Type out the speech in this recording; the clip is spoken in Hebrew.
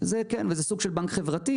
כן, זה סוג של בנק חברתי.